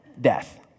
death